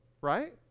right